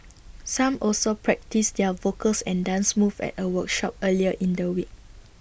some also practised their vocals and dance moves at A workshop earlier in the week